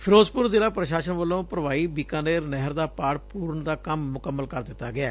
ਫਿਰੋਜ਼ਪੂਰ ਜ਼ਿਲ੍ਹਾ ਪੁਸ਼ਾਸਨ ਵੱਲੋਂ ਭਰਵਾਈ ਬੀਕਾਨੇਰ ਨਹਿਰ ਦਾ ਪਾਤ ਪੂਰਨ ਦਾ ਕੰਮ ਮੁਕੰਮਲ ਦਿੱਤਾ ਗਿਐ